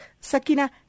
Sakina